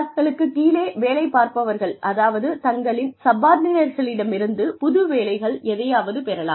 தங்களுக்குக் கீழே வேலைப் பார்ப்பவர்கள் அதாவது தங்களின் சப்பார்ட்டினேட்களிடமிருந்து புது வேலைகள் எதையாவது பெறலாம்